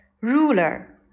ruler